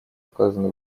указаны